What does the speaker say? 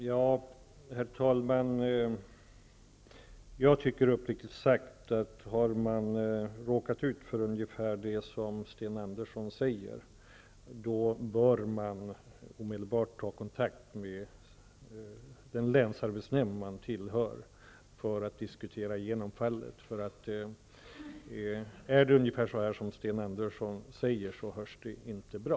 Herr talman! Uppriktigt sagt tycker jag, att om man har råkat ut för det Sten Andersson i Malmö har talat om bör man omedelbart ta kontakt med den länsarbetsnämnd man tillhör för att diskutera igenom fallet. Är det som Sten Andersson säger, är det inte bra.